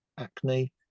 acne